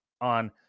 on